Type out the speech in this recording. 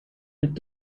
mit